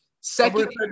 Second